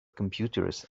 computers